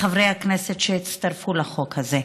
חברי הכנסת שהצטרפו לחוק הזה.